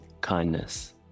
kindness